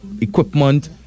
equipment